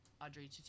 Audrey